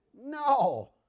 No